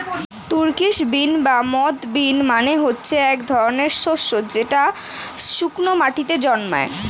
Turkish bean বা moth bean মানে হচ্ছে এক ধরনের শস্য যেটা শুস্ক মাটিতে জন্মায়